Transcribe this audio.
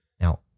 Now